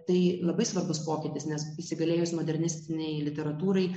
tai labai svarbus pokytis nes įsigalėjus modernistinei literatūrai